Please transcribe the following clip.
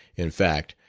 in fact,